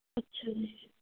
ਅੱਛਾ ਜੀ